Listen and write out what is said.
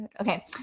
Okay